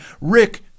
Rick